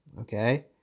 Okay